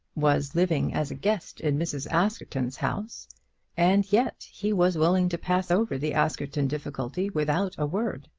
was living as a guest in mrs. askerton's house and yet he was willing to pass over the askerton difficulty without a word.